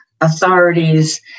authorities